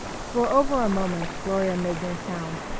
for over a moment gloria made no sound.